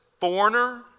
foreigner